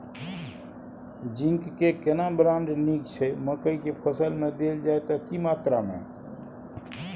Zinc के केना brand नीक छैय मकई के फसल में देल जाए त की मात्रा में?